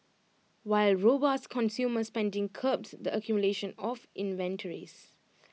while robust consumer spending curbed the accumulation of inventories